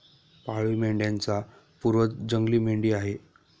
पाळीव मेंढ्यांचा पूर्वज जंगली मेंढी आहे